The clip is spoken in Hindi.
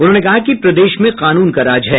उन्होंने कहा कि प्रदेश में कानून का राज है